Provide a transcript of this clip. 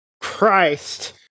Christ